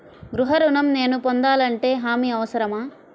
గృహ ఋణం నేను పొందాలంటే హామీ అవసరమా?